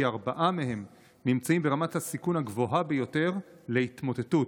ארבעה מהם נמצאים ברמת הסיכון הגבוהה ביותר להתמוטטות.